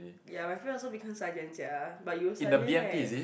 ya my friend also become sergeant sia but you sergeant right